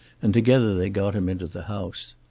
and together they got him into the house.